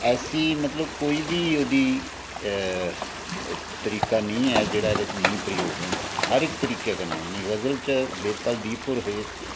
ऐसी मतलब कोई बी ओह्दी तरीका नेईं ऐ जेह्ड़ा एह्दे च नेईं प्रयोग होंदा हर इक तरीकै कन्नै जि'यां गजल च वेदपाल दीप होर